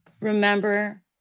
Remember